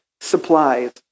supplies